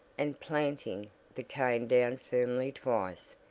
and planting the cane down firmly twice,